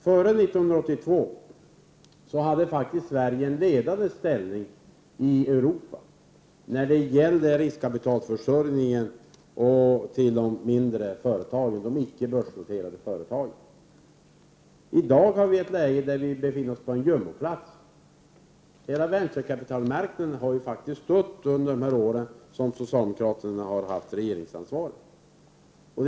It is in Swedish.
Före 1982 hade faktiskt Sverige en ledande ställning i Europa när det gäller riskkapitalförsörjningen till de mindre, alltså icke börsnoterade, företagen. I dag befinner vi oss på jumboplats. Hela venture-kapitalmarknaden har stått still under de år då socialdemokraterna har haft regeringsansvaret.